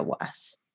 worse